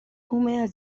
húmedas